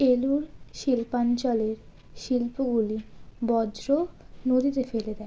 এলুর শিল্পাঞ্চলের শিল্পগুলি বজ্র নদীতে ফেলে দেয়